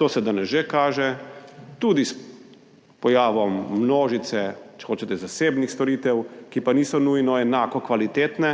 To se danes že kaže tudi s pojavom množice, če hočete, zasebnih storitev, ki pa niso nujno enako kvalitetne